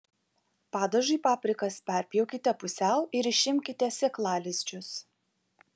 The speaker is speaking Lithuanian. padažui paprikas perpjaukite pusiau ir išimkite sėklalizdžius